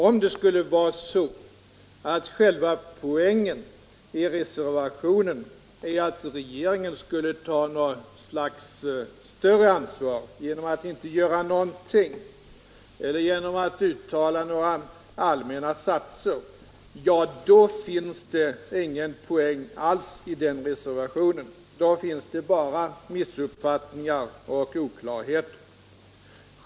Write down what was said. Om det skulle vara så att själva poängen i reservationen är att regeringen skulle ta ett större ansvar genom att inte göra någonting eller genom att uttala några allmänna satser, då finns det ingen poäng alls i reservationen. Då finns där bara missuppfattningar och oklarheter.